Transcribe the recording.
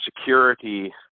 Security